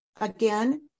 Again